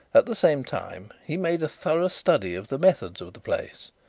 at the same time he made a thorough study of the methods of the place.